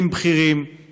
היום בטקס רב רושם ובקבלת